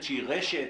שהיא רשת,